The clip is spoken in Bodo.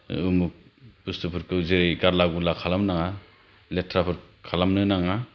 उमुक बुस्तुफोरखौ जेरै गारला गुरला खालामनाङा लेथ्राफोर खालामनो नाङा